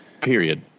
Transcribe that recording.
period